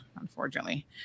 unfortunately